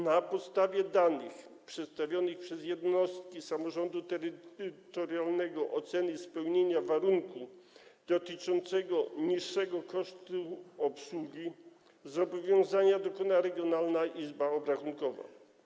Na podstawie danych przedstawionych przez jednostki samorządu terytorialnego oceny spełnienia warunku dotyczącego niższego kosztu obsługi zobowiązania dokona regionalna izba obrachunkowa.